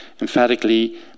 emphatically